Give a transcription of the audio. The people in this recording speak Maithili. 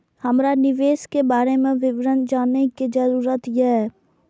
हमरा निवेश के बारे में विवरण जानय के जरुरत ये?